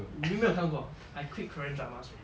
没有看过 I quit korean dramas already